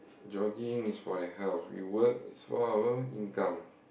jogging is for your health you work is for our income